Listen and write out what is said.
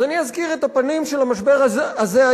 אז אני אזכיר את הפנים של המשבר הזה היום,